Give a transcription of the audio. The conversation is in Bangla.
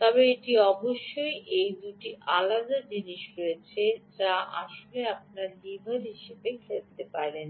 তবে এটি অবশ্যই এই দুটি আলাদা জিনিস রয়েছে যা আপনি আসলে লিভার হিসাবে খেলতে পারেন